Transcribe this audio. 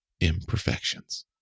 imperfections